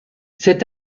cet